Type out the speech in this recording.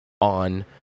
on